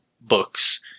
books